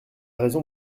raison